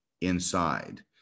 inside